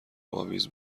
اویز